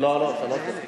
בבקשה.